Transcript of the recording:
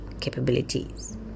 capabilities